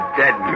dead